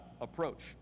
approach